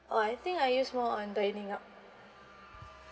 oh I think I use more on dining out